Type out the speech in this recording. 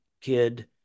kid